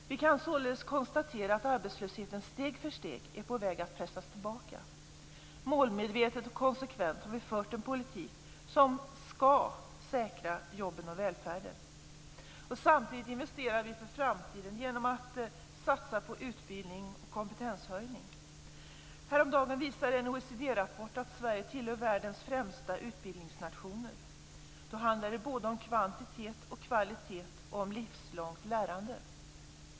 Vi kan således konstatera att arbetslösheten steg för steg är på väg att pressas tillbaka. Målmedvetet och konsekvent har vi fört en politik som skall säkra jobben och välfärden. Samtidigt investerar vi för framtiden genom att satsa på utbildning och kompetenshöjning. Häromdagen visade en OECD-rapport att Sverige tillhör världens främsta utbildningsnationer. Då handlar det både om kvantitet och kvalitet och om livslångt lärande.